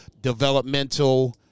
developmental